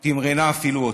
היא תמרנה אפילו אותי,